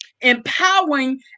empowering